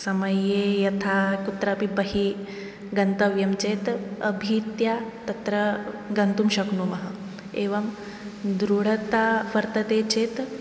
समये यथा कुत्रापि बहिः गन्तव्यं चेत् अभीत्या तत्र गन्तुं शक्नुमः एवं दृढता वर्तते चेत्